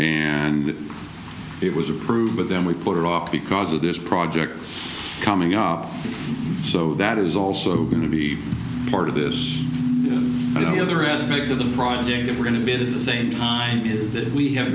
and it was approved but then we put it off because of this project coming up so that is also going to be part of this together as many of the projects that we're going to be the same time is that we ha